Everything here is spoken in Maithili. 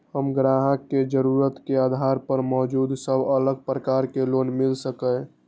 हम ग्राहक के जरुरत के आधार पर मौजूद सब अलग प्रकार के लोन मिल सकये?